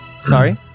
Sorry